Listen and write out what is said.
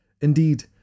indeed